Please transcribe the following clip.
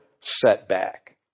setback